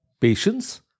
patience